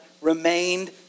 remained